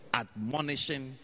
admonishing